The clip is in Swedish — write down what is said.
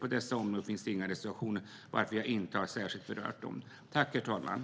På dessa områden finns inga reservationer varför jag inte särskilt har berört dem.